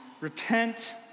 repent